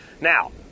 Now